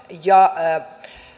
ja